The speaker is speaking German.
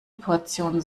portion